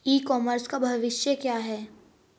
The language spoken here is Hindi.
ई कॉमर्स का भविष्य क्या है?